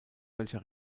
welcher